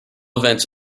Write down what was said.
events